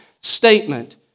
statement